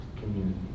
community